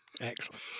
Excellent